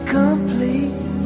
complete